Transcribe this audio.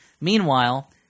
Meanwhile